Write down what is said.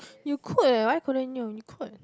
you could eh why couldn't you you could